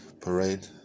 parade